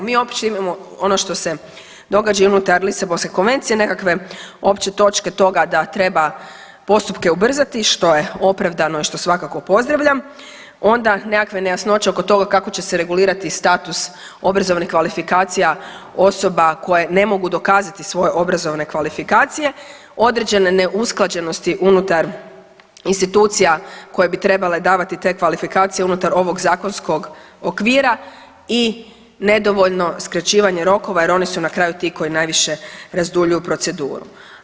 Mi opće imamo ono što se događa i unutar Lisabonske konvencije, nekakve opće točke toga da treba postupke ubrzati, što je opravdano i što svakako pozdravljam, onda nekakve nejasnoće oko toga kako će se regulirati status obrazovnih kvalifikacija osoba koje ne mogu dokazati svoje obrazovne kvalifikacije, određene neusklađenosti unutar institucija koje bi trebale davati te kvalifikacije unutar ovog zakonskog okvira i nedovoljno skraćivanje rokova jer oni su na kraju ti koji najviše razduljuju proceduru.